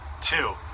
two